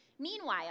meanwhile